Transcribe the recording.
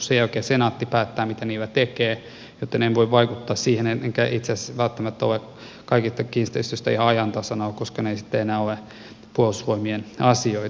sen jälkeen senaatti päättää mitä niillä tekee joten en voi vaikuttaa siihen enkä itse asiassa välttämättä ole kaikista kiinteistöistä ihan ajan tasalla koska ne eivät sitten enää ole puolustusvoimien asioita